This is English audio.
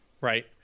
right